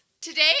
today